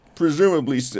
presumably